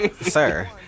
sir